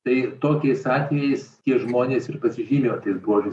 tai tokiais atvejais tie žmonės ir pasižymi vat ir tuo